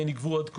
נגבו עד כה.